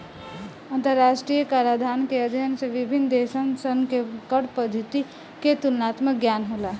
अंतरराष्ट्रीय कराधान के अध्ययन से विभिन्न देशसन के कर पद्धति के तुलनात्मक ज्ञान होला